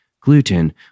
gluten